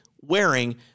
wearing